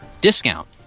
Discount